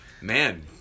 Man